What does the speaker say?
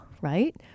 right